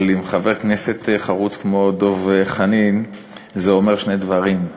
אבל עם חבר כנסת חרוץ כמו דב חנין זה אומר שני דברים: